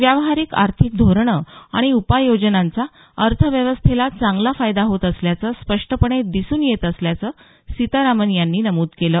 व्यवहारिक आर्थिक धोरणं आणि उपाय योजनांचा अर्थव्यवस्थेला चांगला फायदा होत असल्याचं स्पष्टपणे दिसून येत असल्याचं सितारामन यांनी नमूद केलं